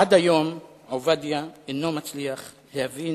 עד היום עובדיה אינו מצליח להבין